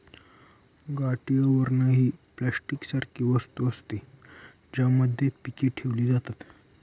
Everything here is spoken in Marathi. गाठी आवरण ही प्लास्टिक सारखी वस्तू असते, ज्यामध्ये पीके ठेवली जातात